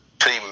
team